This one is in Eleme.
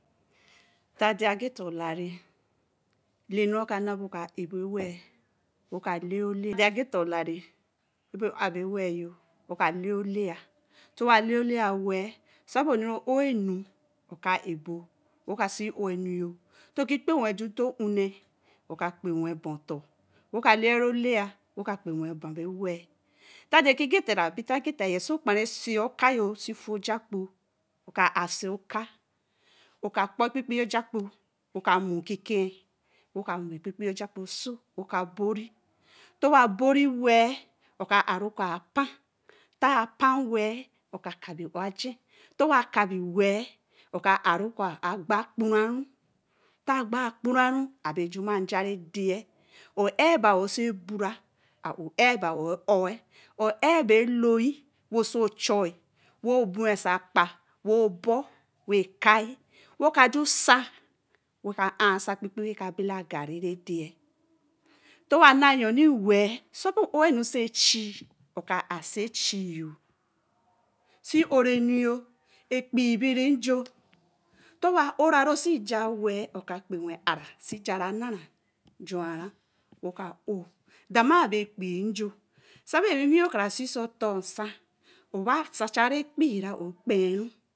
Nte ādē-ageta olai, lanu roka anah be uka ɛlbowel we ka lai-olai. To wa lai olai wel sabē urɛnu oka ɛbo we ka si urnu yō nteke gbeweh juū nte-uni uka kpewe ba-otor woka laiolai wo ka kpewel ben bo ɛwel. Nte-ke gater lari sa okpara sii oka-oh si foō ojakū-oh, oka ae si oka we ka kpo ɛkpii ojaku wo ka muu nkike we oka wen ɛkpii ojakuu oso wo ka bori tewa bori wel oka aē kɔ̄ apaa te apaa wel we ka kaibi ooh agee, ntewa kabi oh wel oka aē kɔ̄ agba agboo-ro te agba agboruh sabiri juma ngah re owedee aoh ɛl be orr ae ɛl bea loyin wo weh oso agba wo obr we kii woka kaa juu saa woka aaa oso akpikpi wel ka belaa gari re deer ntewa now-oh, sabi or ɛnu ɛchi oka ae si ɛchi-oh si oroɛnu ɛkpii bere njou ntewa ore reke si chsaai wel oka kpeweh si chai-ra nnara juu-oh woka orr demai ben kpii njr sa bi owiwi-oh kara si so tor-nsa reba sacha ɛkpii re owa kpii-e